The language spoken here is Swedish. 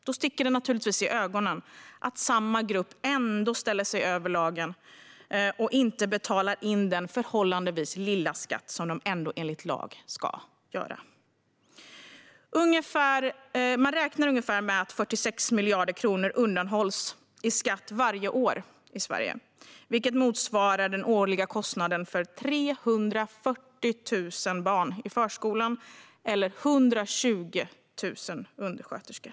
Då sticker det naturligtvis i ögonen att samma grupp ändå ställer sig över lagen och inte betalar in den förhållandevis lilla skatt som de ändå enligt lag ska betala. Man räknar med att ungefär 46 miljarder kronor i skatt undanhålls varje år i Sverige, vilket motsvarar den årliga kostnaden för 340 000 barn i förskolan eller 120 000 undersköterskor.